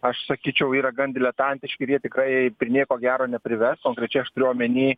aš sakyčiau yra gan diletantiški ir jie tikrai prie nieko gero neprives konkrečiai aš turiu omeny